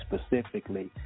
specifically